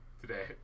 today